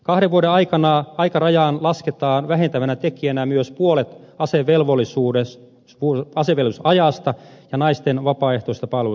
kahden vuoden aikana aikarajaan lasketaan vähentävänä tekijänä myös puolet asevelvollisuusajasta ja naisten vapaaehtoisesta palvelusajasta